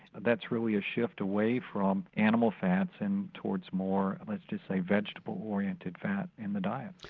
and that's really a shift away from animal fats and towards more, let's just say, vegetable oriented fat in the diet.